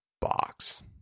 box